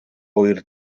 ŵyr